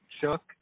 Chuck